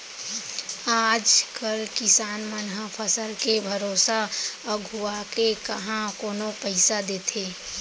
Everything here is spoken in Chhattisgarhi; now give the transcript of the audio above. आज कल किसान मन ल फसल के भरोसा अघुवाके काँहा कोनो पइसा देथे